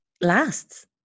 lasts